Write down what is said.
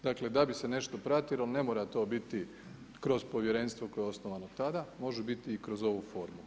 Dakle, da bi se nešto pratilo, ne mora to biti kroz Povjerenstvo koje je osnovano tada, može biti i kroz ovu formu.